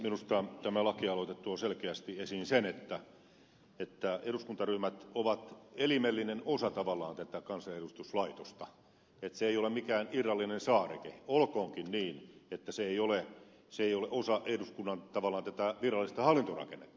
minusta tämä lakialoite tuo selkeästi esiin sen että eduskuntaryhmät ovat tavallaan elimellinen osa tätä kansanedustuslaitosta että ne eivät ole mikään irrallinen saareke olkoonkin niin että ne eivät tavallaan ole osa tätä eduskunnan virallista hallintorakennetta